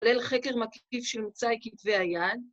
‫כלל חקר מקיף של מוצאי כתבי היד.